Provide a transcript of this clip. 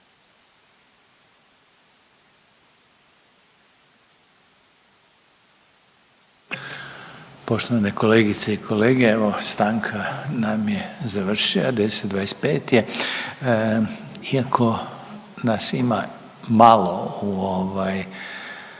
Poštovane kolegice i kolege, evo stanka nam je završila, 10:25 je. Iako nas ima malo u ovaj,